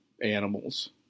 animals